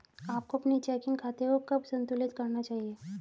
आपको अपने चेकिंग खाते को कब संतुलित करना चाहिए?